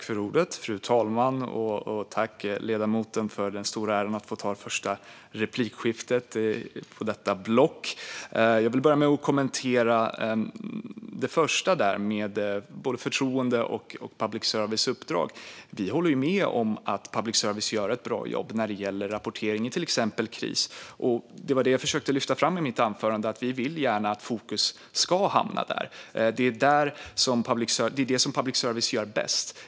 Fru talman! Tack, ledamoten, för den stora äran att få ta det första replikskiftet i detta block! Jag vill börja med att kommentera den första frågan angående förtroendet för public service och public services uppdrag. Vi håller med om att public service gör ett bra jobb när det gäller rapporteringen. till exempel i kris. Vi vill gärna att fokus ska hamna där, och det var det jag försökte lyfta fram i mitt anförande. Det är det som public service gör bäst.